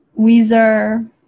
Weezer